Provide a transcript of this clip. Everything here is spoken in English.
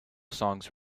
songs